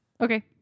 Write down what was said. Okay